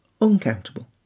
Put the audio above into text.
Uncountable